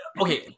okay